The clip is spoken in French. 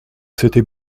c’était